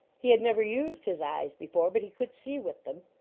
he had never used his eyes before, but he could see with them.